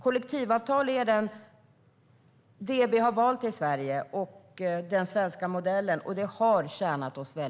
Kollektivavtal är det vi har valt i Sverige, i den svenska modellen, och det har tjänat oss väl.